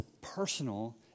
personal